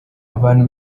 abantu